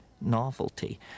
novelty